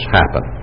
happen